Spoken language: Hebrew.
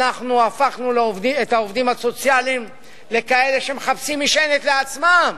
אנחנו הפכנו את העובדים הסוציאליים לכאלה שמחפשים משענת לעצמם.